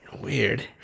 Weird